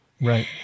Right